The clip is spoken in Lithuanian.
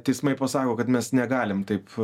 teismai pasako kad mes negalim taip